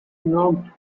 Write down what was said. knocked